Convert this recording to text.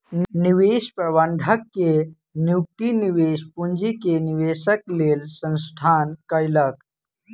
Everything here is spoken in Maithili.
निवेश प्रबंधक के नियुक्ति निवेश पूंजी के निवेशक लेल संस्थान कयलक